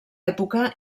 època